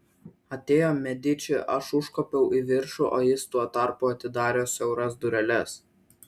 atėjo mediči aš užkopiau į viršų o jis tuo tarpu atidarė siauras dureles